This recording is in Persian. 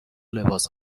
لباس